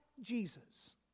Jesus